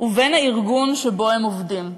ובין הארגון שבו הם עובדים.